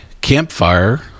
Campfire